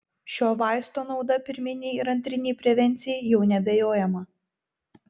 šio vaisto nauda pirminei ir antrinei prevencijai jau neabejojama